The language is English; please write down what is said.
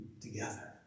together